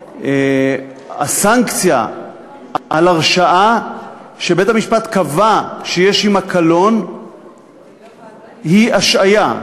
הסנקציה על הרשעה שבית-המשפט קבע שיש עמה קלון היא השעיה,